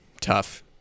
Tough